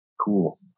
cool